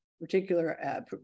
particular